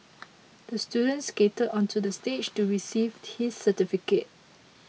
the student skated onto the stage to receive his certificate